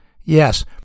Yes